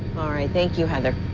thank you, heather.